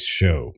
show